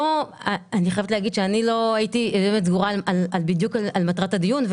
אני חייבת להגיד שלא הייתי סגורה בדיוק על מטרת הדיון -- סליחה?